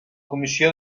comissió